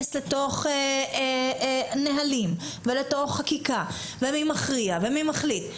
לתוך נהלים ולתוך חקיקה ומי מכריע ומי מחליט,